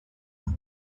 kuba